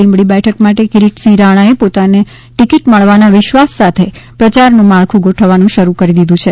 લીંબડી બેઠક માટે કિરીટસિંહ રાણા એ પોતાને ટિકિટ મળવાના વિશ્વાસ સાથે પ્રચાર નું માળખું ગોઠવવા નુ શરૂ કરી દીધું છે